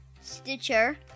Stitcher